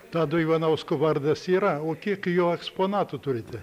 tado ivanausko vardas yra o kiek jo eksponatų turite